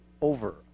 over